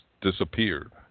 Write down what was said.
disappeared